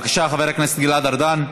בבקשה, חבר הכנסת גלעד ארדן.